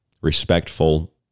respectful